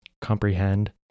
comprehend